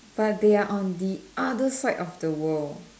but they are on the other side of the world